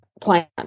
plant